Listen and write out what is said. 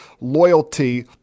loyalty